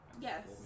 Yes